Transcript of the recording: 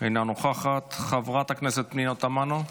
אינה נוכחת, חברת הכנסת פנינה תמנו,